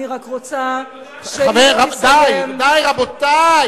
אני רק רוצה שאם הוא יסיים, די, די, רבותי.